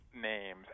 names